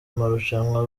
marushanwa